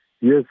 yes